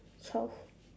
twelve